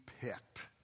picked